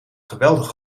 geweldige